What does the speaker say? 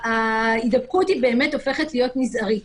ההידבקות באמת הופכת להיות מזערית.